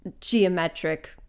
geometric